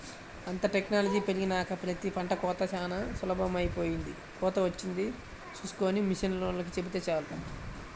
అంతా టెక్నాలజీ పెరిగినాక ప్రతి పంట కోతా చానా సులభమైపొయ్యింది, కోతకొచ్చింది చూస్కొని మిషనోల్లకి చెబితే చాలు